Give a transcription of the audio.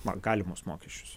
na galimus mokesčius